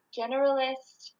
generalist